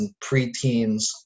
preteens